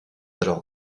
alors